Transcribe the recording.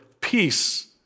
Peace